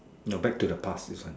no back to the past this one